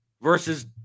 versus